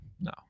no